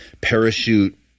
parachute